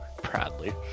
Proudly